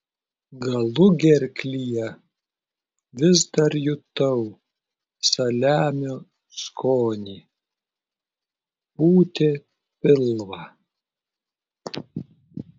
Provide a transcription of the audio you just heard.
galugerklyje vis dar jutau saliamio skonį pūtė pilvą